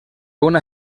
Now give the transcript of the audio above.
una